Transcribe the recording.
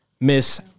Miss